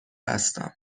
هستم